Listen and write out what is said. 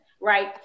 right